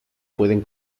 pueden